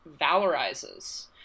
valorizes